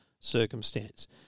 circumstance